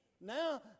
Now